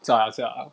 知道了知道了